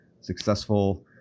successful